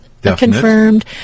Confirmed